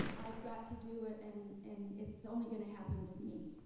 i've got to do it, and and it's only going to happen with me.